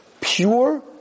pure